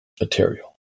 material